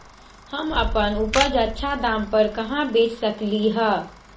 हम अपन उपज अच्छा दाम पर कहाँ बेच सकीले ह?